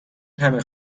همه